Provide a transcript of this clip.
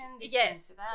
Yes